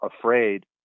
afraid